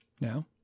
now